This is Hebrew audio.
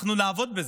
אנחנו נעבוד בזה.